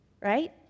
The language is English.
right